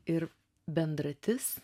ir bendratis